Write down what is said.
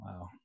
wow